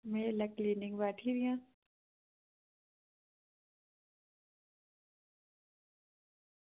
में ऐल्लै क्लीनिक बैठी दी आं